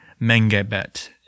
Mengebet